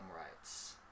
rights